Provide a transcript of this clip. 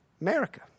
America